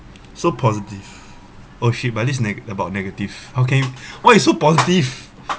so positive oh shit but this neg~ about negative how can why you so positive